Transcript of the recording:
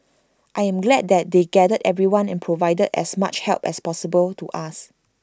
I am glad that they gathered everyone and provided as much help as possible to us